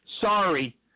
Sorry